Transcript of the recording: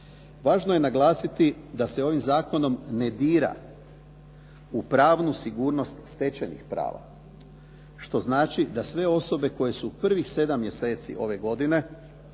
Važno je naglasiti da se ovim zakonom ne dira u pravnu sigurnost stečenih prava, što znači da sve osobe koje su prvih sedam mjeseci ove godine